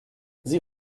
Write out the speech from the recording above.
sie